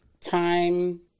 time